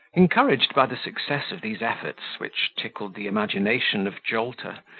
encouraged by the success of these efforts, which tickled the imagination of jolter,